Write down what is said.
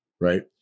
right